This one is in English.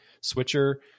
switcher